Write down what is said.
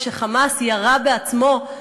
כש"חמאס" ירה בעצמו,